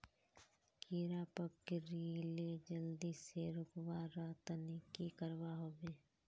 कीड़ा पकरिले जल्दी से रुकवा र तने की करवा होबे?